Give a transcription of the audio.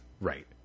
right